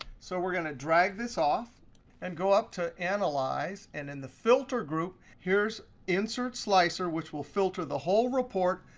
so we're going to drag this off and go up to analyze. and in the filter group, here's insert slicer which will filter the whole report,